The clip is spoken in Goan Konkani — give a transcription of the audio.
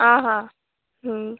आं हां